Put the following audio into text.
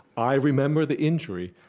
i remember the injury,